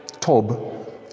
tob